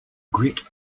grit